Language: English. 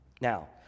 Now